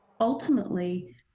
ultimately